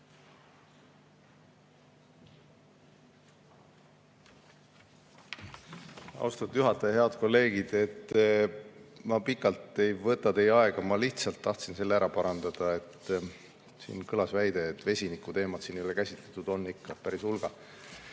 Austatud juhataja! Head kolleegid! Ma pikalt ei võta teie aega, ma lihtsalt tahtsin selle ära parandada, et siin kõlas väide, et vesiniku teemat siin ei ole käsitletud. On ikka, päris hulga!